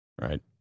right